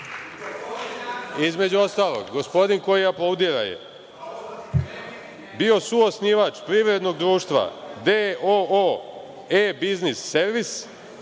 ostalog, gospodin koji aplaudira je bio suosnivač privrednog društva d.o.o. „E-biznis servis“